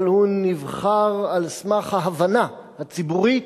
אבל הוא נבחר על סמך ההבנה הציבורית